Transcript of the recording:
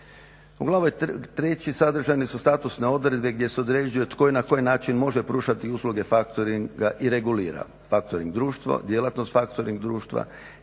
U glavi trećoj sadržane su statusne odredbe gdje se određuje tko i na koji način može pružati usluge factoringa i regulira. Factoring društvo djelatnost factoring društva,